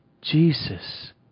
Jesus